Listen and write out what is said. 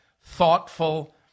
thoughtful